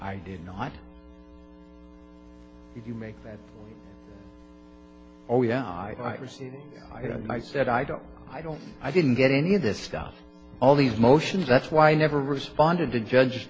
if you make that oh yeah i was like i said i don't i don't i didn't get any of this stuff all these motions that's why i never responded to judge